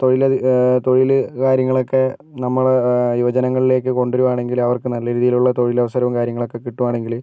തൊഴിലധി തൊഴിൽ കാര്യങ്ങളൊക്കെ നമ്മൾ യുവജനങ്ങളിലേക്ക് കൊണ്ടുവരികയാണെങ്കിൽ അവർക്ക് നല്ല രീതിയിലുള്ള തൊഴിലവസരവും കാര്യങ്ങളൊക്കെ കിട്ടുകയാണെങ്കിൽ